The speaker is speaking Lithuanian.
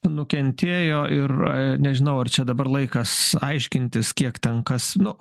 nukentėjo ir nežinau ar čia dabar laikas aiškintis kiek ten kas nu